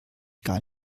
gar